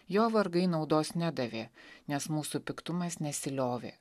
jo vargai naudos nedavė nes mūsų piktumas nesiliovė